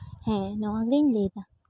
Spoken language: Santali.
ᱦᱮᱸ ᱱᱚᱣᱟᱜᱮᱧ ᱞᱟᱹᱭᱫᱟ